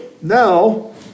Now